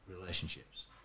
relationships